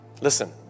Listen